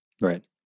Right